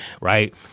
right